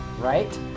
right